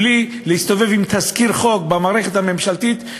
בלי להסתובב עם תזכיר חוק במערכת הממשלתית,